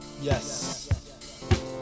Yes